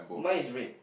mine is red